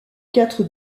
quatre